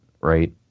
Right